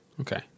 okay